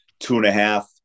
two-and-a-half